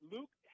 Luke